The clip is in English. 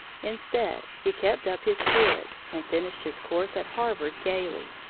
instead, he kept up his spirits and finished his course at harvard gayly.